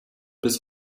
bis